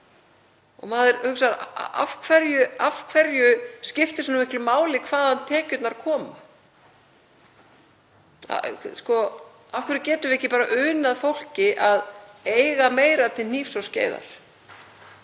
hugsar: Af hverju skiptir svona miklu máli hvaðan tekjurnar koma? Af hverju getum við ekki bara unnt fólki að eiga meira til hnífs og skeiðar